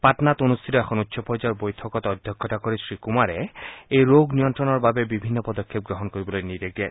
পাটনাত অনুষ্ঠিত এখন উচ্চ পৰ্যায়ৰ বৈঠকত অধ্যক্ষতা কৰি শ্ৰীকুমাৰে এই ৰোগ নিয়ন্ত্ৰণৰ বাবে বিভিন্ন পদক্ষেপ গ্ৰহণ কৰিবলৈ নিৰ্দেশ দিয়ে